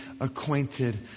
acquainted